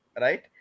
right